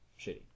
shitty